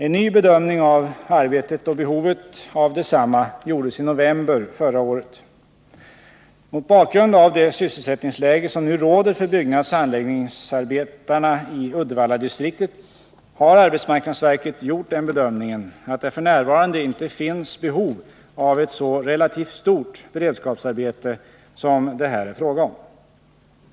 En ny bedömning av arbetet och behovet av detsamma gjordes i november förra året. Mot bakgrund av det sysselsättningsläge som nu råder för byggnadsoch anläggningsarbetarna i Uddevalladistriktet har arbetsmarknadsverket gjort den bedömningen att det f.n. inte finns behov av ett så relativt stort beredskapsarbete som det här är fråga om.